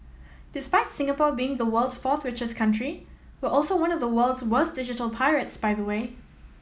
despite Singapore being the world's fourth richest country we're also one of the world's worst digital pirates by the way